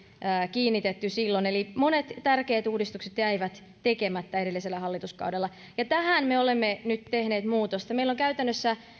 kiinnitetty silloin eli monet tärkeät uudistukset jäivät tekemättä edellisellä hallituskaudella ja tähän me olemme nyt tehneet muutosta meillä on käytännössä